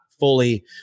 fully